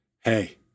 hey